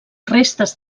restes